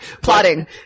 Plotting